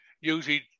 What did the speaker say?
usually